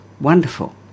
Wonderful